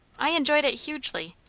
i enjoyed it hugely.